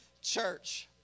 church